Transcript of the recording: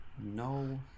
no